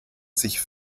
sich